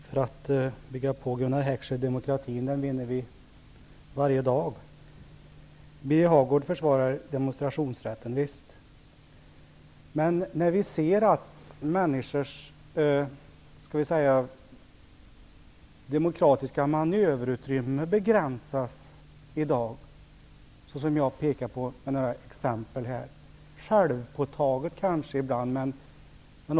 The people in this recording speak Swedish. Herr talman! För att bygga på Gunnar Heckschers uttalande vill jag säga att demokratin vinner vi varje dag. Birger Hagård försvarar demonstrationsrätten, och det är en sak. När vi ser att människors ''demokratiska manöverutrymme'' begränsas i dag, såsom jag har pekat på med några exempel, måste vi reagera härifrån som riksdagspolitiker.